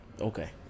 okay